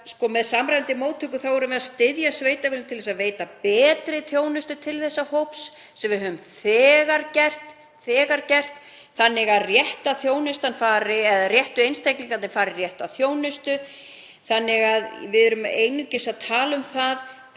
með samræmdri móttöku erum við að styðja sveitarfélög til að veita betri þjónustu til þessa hóps sem við höfum þegar gert, þannig að réttu einstaklingarnir fái rétta þjónustu. Við erum einungis að tala um að